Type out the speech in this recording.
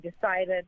decided